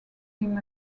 him